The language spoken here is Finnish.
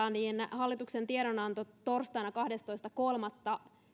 hallituksen tiedonanto torstaina kahdestoista kolmatta